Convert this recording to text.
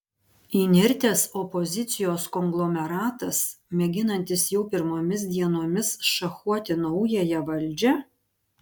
įnirtęs opozicijos konglomeratas mėginantis jau pirmomis dienomis šachuoti naująją valdžią